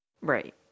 Right